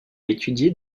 étudié